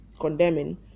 condemning